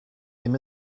ddim